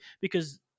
because-